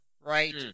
right